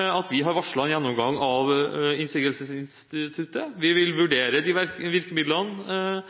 at vi har varslet en gjennomgang av innsigelsesinstituttet. Vi vil vurdere de virkemidlene